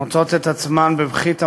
מוצאות את עצמן בבכי תמרורים,